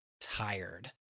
tired